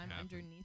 underneath